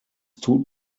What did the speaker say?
tut